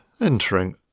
entering